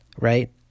right